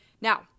Now